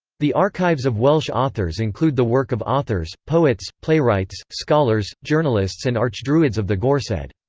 the archives of welsh authors include the work of authors, poets, playwrights, scholars, journalists and archdruids of the gorsedd.